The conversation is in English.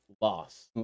loss